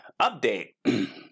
update